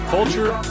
Culture